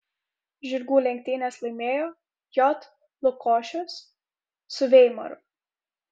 žirgų lenktynes laimėjo j lukošius su veimaru